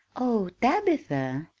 oh, tabitha!